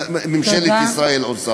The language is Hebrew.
זה מה ממשלת ישראל עושה.